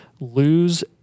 lose